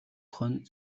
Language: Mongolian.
хонь